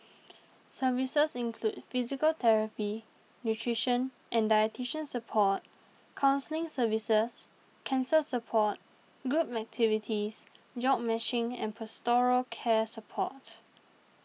services include physical therapy nutrition and dietitian support counselling services cancer support group activities jobs matching and pastoral care support